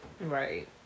Right